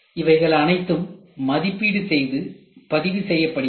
இவைகள் அனைத்தும் மதிப்பீடு செய்து பதிவு செய்யப்படுகிறது